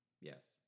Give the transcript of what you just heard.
yes